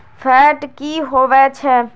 Fat की होवछै?